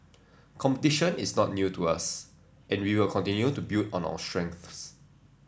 competition is not new to us and we will continue to build on our strengths